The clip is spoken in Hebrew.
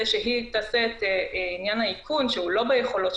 כרגע גם עוברים לשיטה חדשה לפיה שולחים תזכורת לאנשים שלא נרשמו: